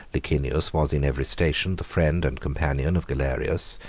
licinius was in every station the friend and companion of galerius,